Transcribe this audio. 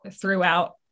throughout